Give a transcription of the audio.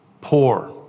poor